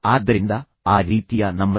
ಆದ್ದರಿಂದ ಆ ರೀತಿಯ ನಮ್ರತೆ